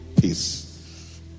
peace